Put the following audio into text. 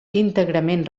íntegrament